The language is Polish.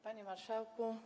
Panie Marszałku!